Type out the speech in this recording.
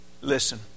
Listen